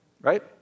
right